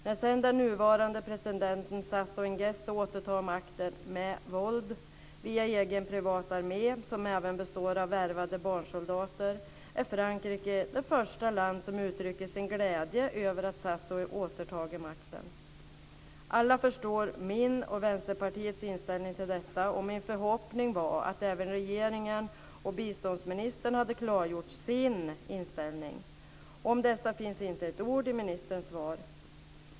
När sedan den nuvarande presidenten Sassou-Nguesso återtar makten med våld, via egen privat armé som även består av värvade barnsoldater, är Frankrike det första landet som uttrycker sin glädje över att Sassou-Nguesso har återtagit makten. Alla förstår min och Vänsterpartiets inställning till detta. Min förhoppning var att även regeringen och biståndsministern hade klargjort sin inställning. Om dessa finns inte ett ord i ministerns svar.